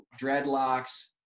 dreadlocks